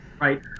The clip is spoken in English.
right